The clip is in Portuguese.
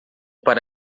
para